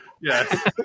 Yes